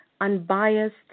unbiased